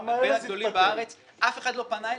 בין הגדולים בארץ, אף אחד לא פנה אלינו.